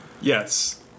Yes